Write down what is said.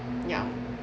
ya